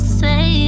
say